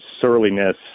surliness